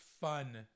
fun